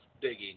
digging